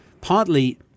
partly